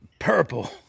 Purple